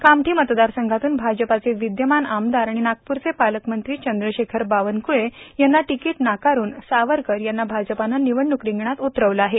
कामठी मतदारसंघातून भाजपाचे विद्यमान आमदार आणि नागपूरचे पालकमंत्री चंद्रशेखर बानवकुळे यांना तिकीट नाकारून सावरकर यांना भाजपानं निवडणूक रिंगणात उतरविले आहेत